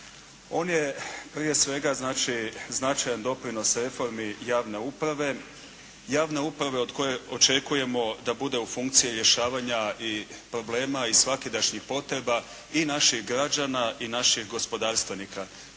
On je, prije svega znači značajan doprinos reformi javne uprave. Javna uprava je od koje očekujemo da bude u funkciji rješavanja i problema i svakidašnjih potreba i naših građana i naših gospodarstvenika,